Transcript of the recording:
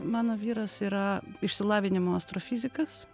mano vyras yra išsilavinimo astrofizikas